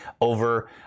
over